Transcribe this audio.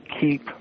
keep